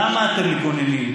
למה אתם מגוננים?